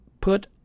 put